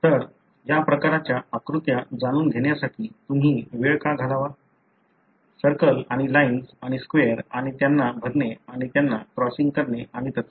तर या प्रकारच्या आकृत्या जाणून घेण्यासाठी तुम्ही वेळ का घालवावा सर्कल आणि लाईन्स आणि स्क्वेर आणि त्यांना भरणे आणि त्यांना क्रॉसिंग करणे आणि तत्सम